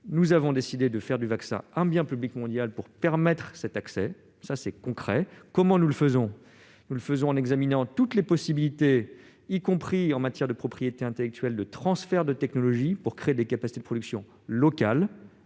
Nous avons décidé de faire du vaccin un bien public mondial, pour permettre que l'on y ait accès. Voilà du concret ! Comment procédons-nous ? Nous examinons toutes les possibilités, y compris en matière de propriété intellectuelle et de transfert de technologies pour créer des capacités de production locale.